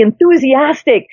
enthusiastic